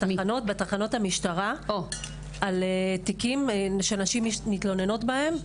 בתחנות המשטרה על תיקים שנשים מתלוננות בהם,